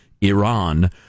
Iran